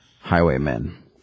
Highwaymen